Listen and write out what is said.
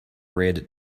red